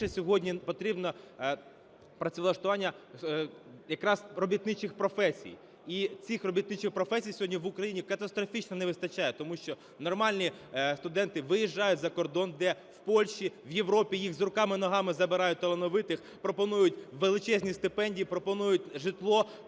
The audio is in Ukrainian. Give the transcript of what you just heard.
сьогодні потрібно працевлаштування якраз робітничих професій. І цих робітничих професій сьогодні в Україні катастрофічно не вистачає, тому що нормальні студенти виїжджають за кордон, де в Польщі, в Європі їх з руками-ногами забирають талановитих, пропонують величезні стипендії, пропонують житло,